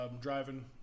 driving